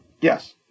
Yes